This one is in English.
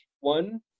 one